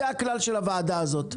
זה הכלל של הוועדה הזאת.